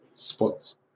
Spots